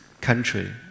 country